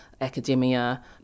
academia